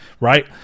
right